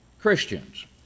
Christians